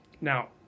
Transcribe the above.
Now